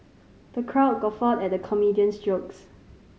the crowd guffawed at the comedian's jokes